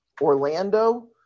Orlando